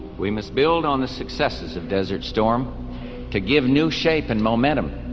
we must build on the successes of desert storm to give new shape and momentum